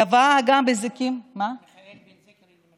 גבה האגם בזיקים, מיכאל בן זיקרי.